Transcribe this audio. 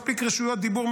מספיק רשויות דיבור,